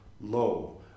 Lo